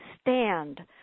stand